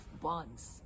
bonds